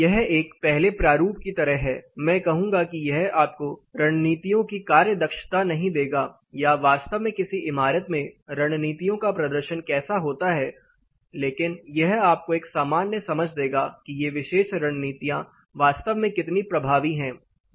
यह एकपहले प्रारूप की तरह है मैं कहूंगा कि यह आपको रणनीतियों की कार्य दक्षता नहीं देगा या वास्तव में किसी इमारत में रणनीतियों का प्रदर्शन कैसा होता है लेकिन यह आपको एक सामान्य समझ देगा कि ये विशेष रणनीतियाँ वास्तव में कितनी प्रभावी हैं